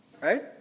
Right